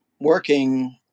working